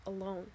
alone